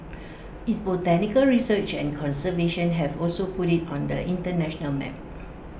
its botanical research and conservation have also put IT on the International map